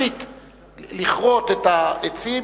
לכרות אותם,